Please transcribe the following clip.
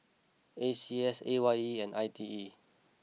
A C S A Y E and I T E